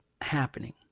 happening